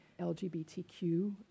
LGBTQ